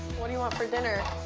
what do you want for dinner?